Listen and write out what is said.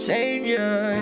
Savior